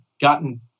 gotten